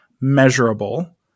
measurable